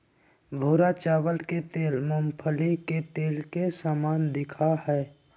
भूरा चावल के तेल मूंगफली के तेल के समान दिखा हई